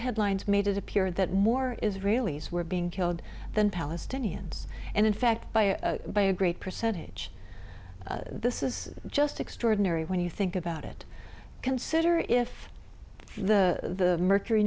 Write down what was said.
headlines made it appear that more israelis were being killed than palestinians and in fact by a by a great percentage this is just extraordinary when you think about it consider if the mercury